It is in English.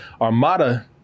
Armada